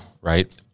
right